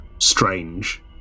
strange